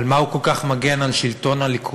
על מה הוא כל כך מגן על שלטון הליכוד.